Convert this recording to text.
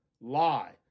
lie